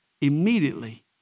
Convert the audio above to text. immediately